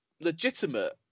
legitimate